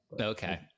Okay